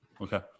Okay